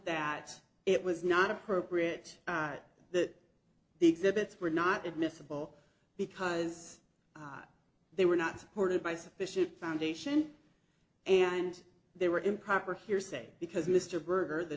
that it was not appropriate that the exhibits were not admissible because they were not supported by sufficient foundation and they were improper hearsay because mr berger